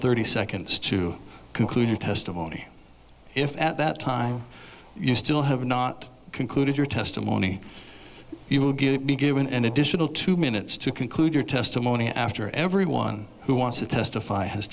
thirty seconds to conclude your testimony if at that time you still have not concluded your testimony you will get be given an additional two minutes to conclude your testimony after everyone who wants to testify has